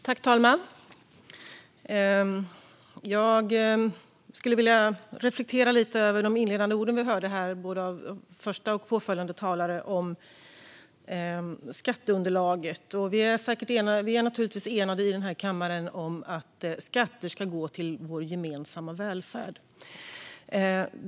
Fru talman! Jag skulle vilja reflektera lite över de inledande orden vi hörde här från både den första talaren och den påföljande. De talade om skatteunderlaget. Vi är naturligtvis eniga i denna kammare om att skatter ska gå till vår gemensamma välfärd.